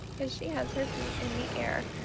cause she has her feet in the air.